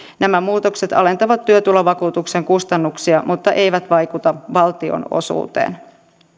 nämä muutokset alentavat työtulovakuutuksen kustannuksia mutta eivät vaikuta valtion osuuteen